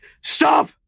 STOP